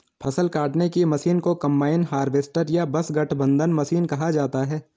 फ़सल काटने की मशीन को कंबाइन हार्वेस्टर या बस गठबंधन मशीन कहा जाता है